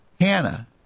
Hannah